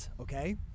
okay